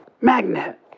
Magnet